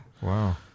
wow